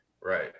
Right